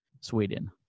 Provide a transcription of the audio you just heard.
Sweden